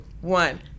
one